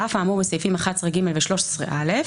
על אף אמור בסעיפים 11(ג) ו-13(א),